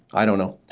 i don't know.